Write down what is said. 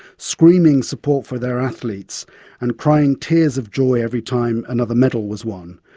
screaming support for their athletes and crying tears of joy every time another medal was won.